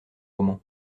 roman